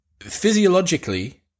physiologically